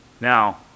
Now